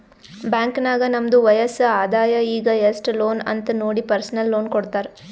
bank ನಾಗ್ ನಮ್ದು ವಯಸ್ಸ್, ಆದಾಯ ಈಗ ಎಸ್ಟ್ ಲೋನ್ ಅಂತ್ ನೋಡಿ ಪರ್ಸನಲ್ ಲೋನ್ ಕೊಡ್ತಾರ್